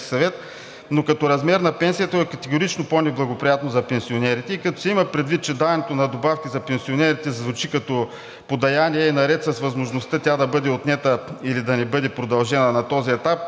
но като размер на пенсията то е категорично по-неблагоприятно за пенсионерите. И като се има предвид, че даването на добавки за пенсионерите звучи като подаяние, наред с възможността тя да бъде отнета или да не бъде продължена на този етап,